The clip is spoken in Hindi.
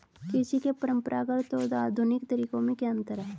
कृषि के परंपरागत और आधुनिक तरीकों में क्या अंतर है?